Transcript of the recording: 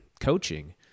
coaching